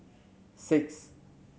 six